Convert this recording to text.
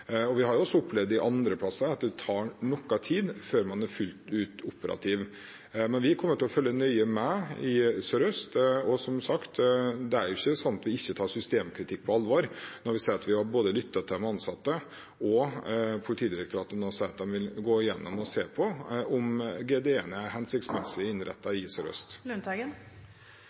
har også opplevd andre plasser at det tar noe tid før man er fullt ut operativ. Men vi kommer til å følge nøye med i Sør-Øst politidistrikt. Det er ikke slik at vi ikke tar systemkritikken på alvor. Vi sier at vi har lyttet til de ansatte, og Politidirektoratet sier nå at de vil gå igjennom og se på om GDE-ene er hensiktsmessig innrettet i Sør-Øst politidistrikt. Per Olaf Lundteigen